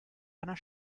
einer